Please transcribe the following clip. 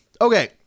Okay